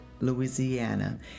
louisiana